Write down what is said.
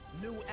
New